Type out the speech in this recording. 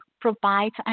provides